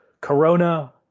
Corona